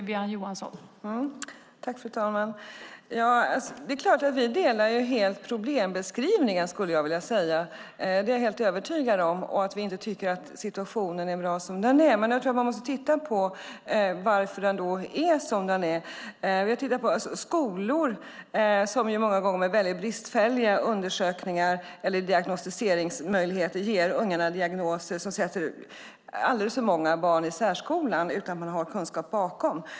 Fru talman! Vi är överens om problembeskrivningen, skulle jag vilja säga. Det är jag helt övertygad om. Vi tycker inte att situationen är bra som den är. Men jag tror att man då måste titta på varför den är som den är. Vi har tittat på skolor. De ger många gånger ungarna diagnoser med bristfälliga undersökningar eller diagnostiseringsmöjligheter. Det gör att alldeles för många barn sätts i särskolan utan att det finns kunskap bakom.